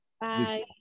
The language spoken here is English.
Bye